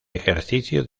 ejercicio